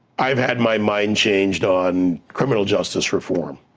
i've had my mind changed on criminal justice reform,